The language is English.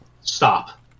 stop